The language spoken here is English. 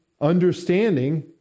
understanding